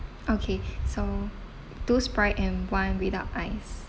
okay so two sprite and one without ice